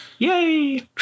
Yay